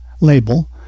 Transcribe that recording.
label